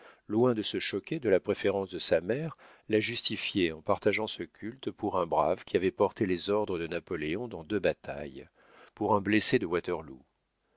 loin de se choquer de la préférence de sa mère la justifiait en partageant ce culte pour un brave qui avait porté les ordres de napoléon dans deux batailles pour un blessé de waterloo